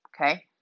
Okay